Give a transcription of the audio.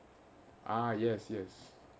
ah yes yes